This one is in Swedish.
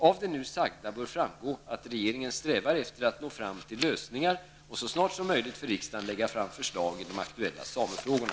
Av det nu sagda bör framgå att regeringen strävar efter att nå fram till lösningar och så snart som möjligt för riksdagen lägga fram förslag i de aktuella samefrågorna.